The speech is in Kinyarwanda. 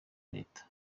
leta